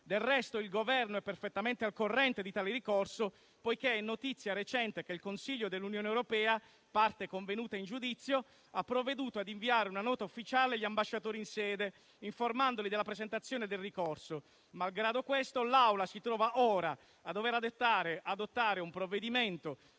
Del resto, il Governo è perfettamente al corrente di tale ricorso: è notizia recente che il Consiglio dell'Unione europea, parte convenuta in giudizio, ha provveduto ad inviare una nota ufficiale agli ambasciatori in sede, informandoli della presentazione del ricorso. Malgrado questo l'Assemblea si trova ora a dover adottare un provvedimento